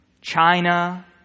China